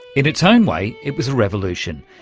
in its own way it was a revolution.